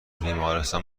بیمارستان